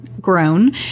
grown